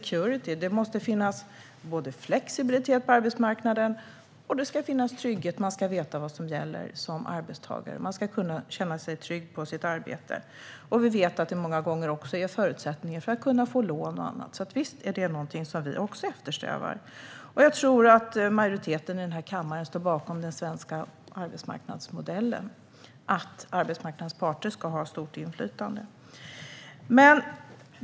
På arbetsmarknaden måste det finnas både flexibilitet och trygghet. Man ska som arbetstagare veta vad som gäller. Man ska kunna känna sig trygg på sitt arbete. Vi vet att många gånger är detta också en förutsättning för att man ska kunna få lån och annat. Så visst eftersträvar även vi detta. Jag tror att en majoritet av kammaren står bakom den svenska arbetsmarknadsmodellen om att arbetsmarknadens parter ska ha stort inflytande.